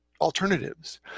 alternatives